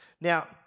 Now